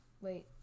Wait